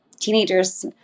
teenagers